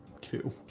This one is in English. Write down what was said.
two